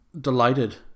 delighted